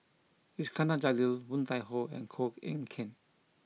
Iskandar Jalil Woon Tai Ho and Koh Eng Kian